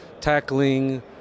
tackling